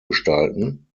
gestalten